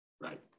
Right